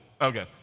Okay